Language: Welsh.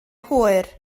hwyr